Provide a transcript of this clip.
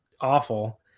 awful